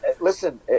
listen